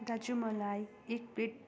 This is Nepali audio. दाजु मलाई एक प्लेट